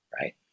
right